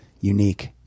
unique